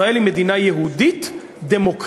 ישראל היא מדינה יהודית דמוקרטית.